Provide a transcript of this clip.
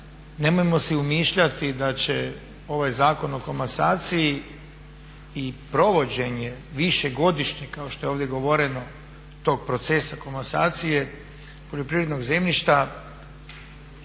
nemojmo si umišljati da će ovaj Zakon o komasaciji i provođenje višegodišnje kao što je ovdje govoreno tog procesa komasacije poljoprivrednog zemljišta